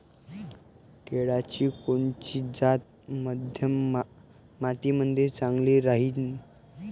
केळाची कोनची जात मध्यम मातीमंदी चांगली राहिन?